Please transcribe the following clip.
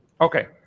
Okay